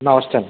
నమస్తే అండి